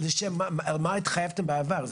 למה התחייבתם בעבר?